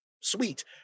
Sweet